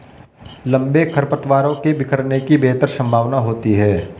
लंबे खरपतवारों के बिखरने की बेहतर संभावना होती है